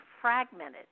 fragmented